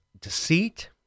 deceit